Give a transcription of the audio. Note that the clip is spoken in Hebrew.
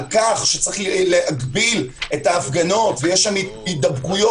על כך שצריך להגביל את ההפגנות ויש שם הידבקויות.